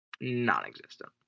non-existent